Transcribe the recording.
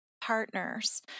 partners